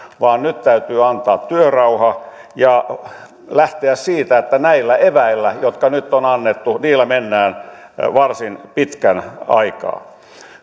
vaan nyt täytyy antaa työrauha ja lähteä siitä että näillä eväillä jotka nyt on annettu mennään varsin pitkän aikaa